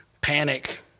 Panic